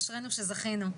אשרנו שזכינו.